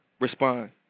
respond